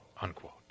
unquote